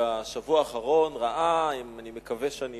בשבוע האחרון ראה, אני מקווה שאני